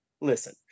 listen